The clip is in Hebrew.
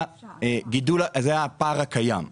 זה הפער הקיים.